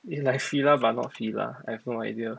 it's like Fila but not Fila I have no idea